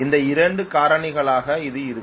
இந்த இரண்டு காரணிகளாக இது இருக்கும்